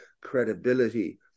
credibility